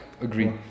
agree